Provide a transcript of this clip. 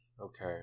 Okay